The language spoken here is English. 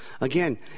Again